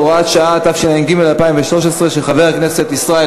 ההצעה לסדר-היום אושרה ותועבר